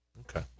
Okay